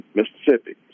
Mississippi